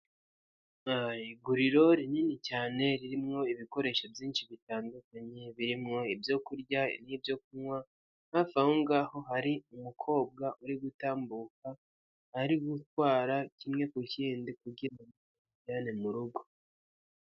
Iguriro rinini cyane ririmo ibikoresho byinshi bitandukanye, birimo ibyo kurya n'ibyo kunywa, hafi aho ngaho hari umukobwa uri gutambuka, ari gutwara kimwe ku kindi kugira ngo akijyane mu rugo.